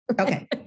okay